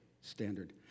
standard